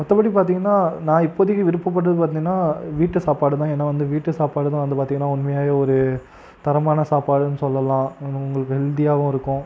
மற்றபடி பார்த்தீங்கன்னா நான் இப்போதைக்கு விருப்பட்டது பார்த்தீங்கன்னா வீட்டு சாப்பாடு தான் ஏன்னா வந்து வீட்டு சாப்பாடு தான் வந்து பார்த்தீங்கன்னா உண்மையாவே ஒரு தரமான சாப்பாடுன்னு சொல்லலாம் உங்களுக்கு ஹெல்த்தியாகவும் இருக்கும்